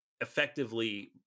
effectively